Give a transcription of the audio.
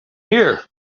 here